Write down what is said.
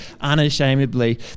unashamedly